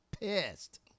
pissed